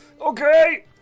okay